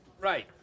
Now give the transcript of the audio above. Right